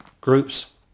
groups